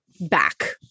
back